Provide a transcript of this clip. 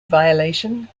violation